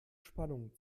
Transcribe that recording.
spannung